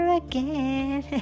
again